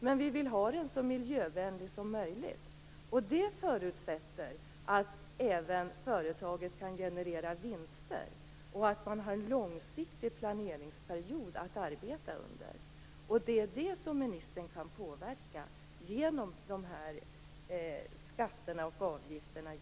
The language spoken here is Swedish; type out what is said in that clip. Men vi vill ha den så miljövänlig som möjligt, och det förutsätter att företaget kan generera vinster, och att man har en långsiktig planeringsperiod som man kan arbeta under. Det är det som ministern kan påverka genom de här skatterna och avgifterna.